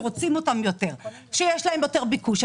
שרוצים אותן יותר ושיש להן יותר ביקוש.